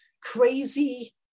crazy